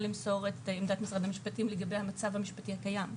למסור את עמדת משרד המשפטים לגבי המצב המשפטי הקיים.